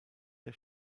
der